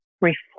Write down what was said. reflect